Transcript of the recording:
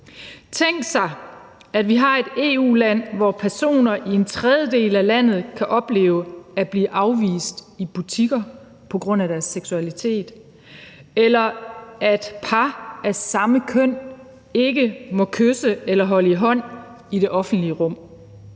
Tænk sig, at vi har et EU-land, hvor personer i en tredjedel af landet kan opleve at blive afvist i butikker på grund af deres seksualitet, eller hvor par af samme køn ikke må kysse eller holde i hånd i det offentlige rum.